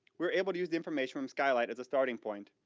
we're able to use the information from skylight as a starting point.